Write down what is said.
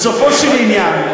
בסופו של עניין,